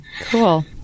Cool